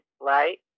right